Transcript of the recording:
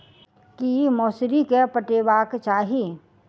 की मौसरी केँ पटेबाक चाहि?